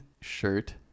shirt